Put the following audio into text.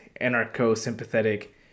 anarcho-sympathetic